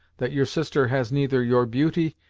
that your sister has neither your beauty,